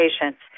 patients